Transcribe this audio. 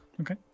Okay